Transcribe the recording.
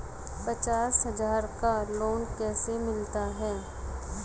पचास हज़ार का लोन कैसे मिलता है?